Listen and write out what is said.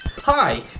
Hi